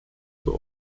zur